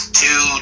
two